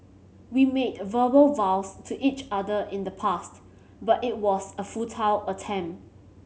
we made verbal vows to each other in the past but it was a futile attempt